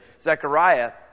Zechariah